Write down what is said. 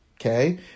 okay